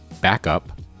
backup